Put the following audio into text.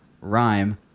rhyme